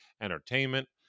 entertainment